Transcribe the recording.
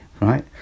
right